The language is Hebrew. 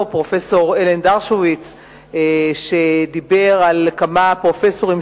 פרופסור אלן דרשוביץ על כמה פרופסורים,